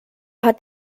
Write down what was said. hat